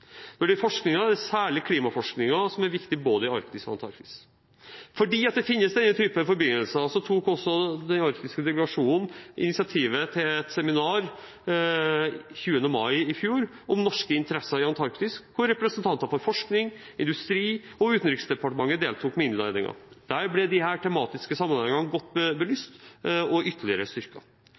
er det særlig klimaforskningen som er viktig, både i Arktis og i Antarktis. Fordi denne typen forbindelser finnes, tok også den arktiske delegasjonen initiativet til et seminar den 20. mai 2015 om norske interesser i Antarktis, hvor representanter for forskning, industri og Utenriksdepartementet deltok med innledninger. Der ble disse tematiske sammenhengene godt belyst og ytterligere